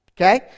Okay